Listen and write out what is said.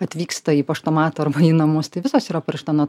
atvyksta į paštomatą arba į namus tai visos yra parašyta